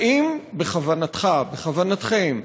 האם בכוונתך, בכוונתכם,